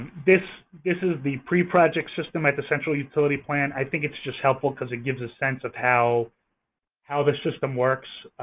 this this is the pre-project system at the central utility plant. i think it's just helpful because it gives a sense of how how the system works.